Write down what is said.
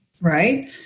right